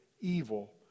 evil